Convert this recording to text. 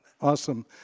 awesome